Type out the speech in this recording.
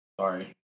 sorry